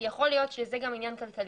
כי יכול להיות שזה גם עניין כלכלי,